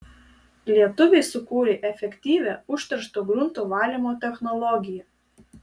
lietuviai sukūrė efektyvią užteršto grunto valymo technologiją